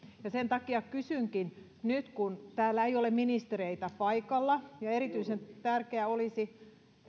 sen takia kysynkin nyt kun täällä ei ole ministereitä paikalla ja erityisen tärkeää olisi